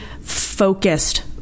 focused